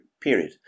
period